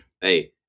Hey